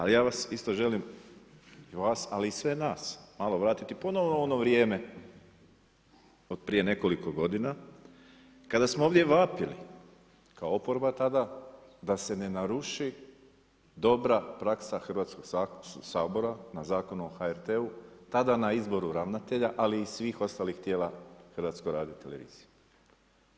Ali ja vas isto želim i vas ali i sve nas malo vratiti ponovo u ono vrijeme od prije nekoliko godina kada smo ovdje vapili kao oporba tada da se ne naruši dobra praksa Hrvatskog sabora na Zakon o HRT-u, tada na izboru ravnatelja, ali i svih ostalih tijela HRT-a.